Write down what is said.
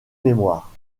mémoire